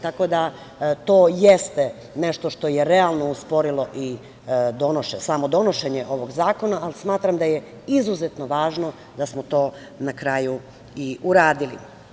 To jeste nešto što je realno usporilo donošenje ovog zakona, ali smatram da je izuzetno važno da smo to na kraju i uradili.